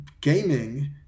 gaming